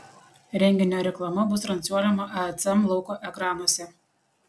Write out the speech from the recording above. renginio reklama bus transliuojama acm lauko ekranuose